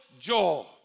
Joel